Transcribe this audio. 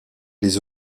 les